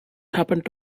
happened